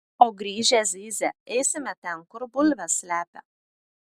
o grįžę zyzia eisime ten kur bulves slepia